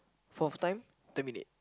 fourth time terminate